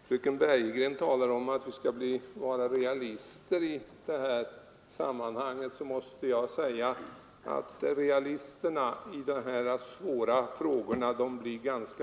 Herr talman! Fröken Bergegren talar om att vi skall vara realister. Jag måste då säga att realisterna blir